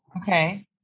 okay